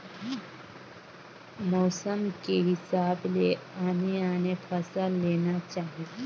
मउसम के हिसाब ले आने आने फसल लेना चाही